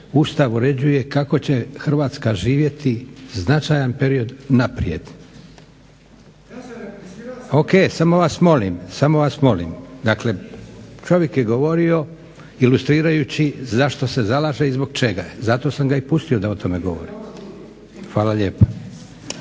Ustav uređuje kako će Hrvatska živjeti značajan period naprijed. …/Upadica Marasović, ne čuje se./… Ok. Samo vas molim. Dakle, čovjek je govorio ilustrirajući za što se zalaže i zbog čega je. Zato sam ga i pustio da o tome govori. Hvala lijepa.